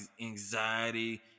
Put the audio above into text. anxiety